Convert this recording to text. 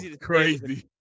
crazy